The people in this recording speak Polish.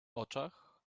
oczach